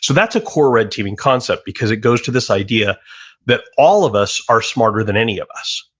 so that's a core red teaming concept, because it goes to this idea that all of us are smarter than any of us,